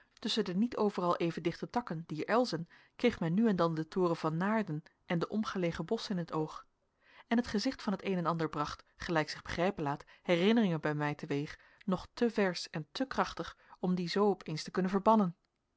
tusschen de niet overal even dichte takken dier elzen kreeg men nu en dan den toren van naarden en de omgelegen bosschen in t oog en het gezicht van het een en ander bracht gelijk zich begrijpen laat herinneringen bij mij teweeg nog te versch en te krachtig om die zoo opeens te kunnen verbannen